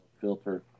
filter